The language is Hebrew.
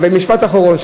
משפט אחרון.